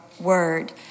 word